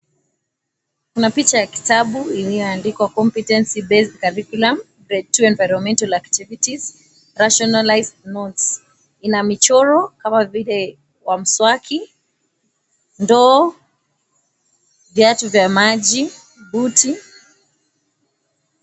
Kuna picha ya kitambu iliyo andikwa, Competence Based Curriculum Grade 2 Environmental Activities Rationalised Notes. Ina michoro kama vile wa mswaki, ndoo, viatu vya maji, buti.